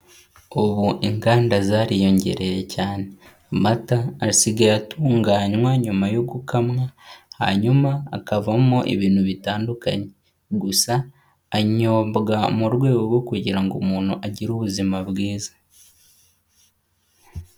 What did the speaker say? Ubu inganda zariyongereye cyane. Amata asigaye atunganywa nyuma yo gukamwa, hanyuma akavamo ibintu bitandukanye. Gusa anyobwa mu rwego rwo kugira ngo umuntu agire ubuzima bwiza.